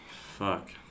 fuck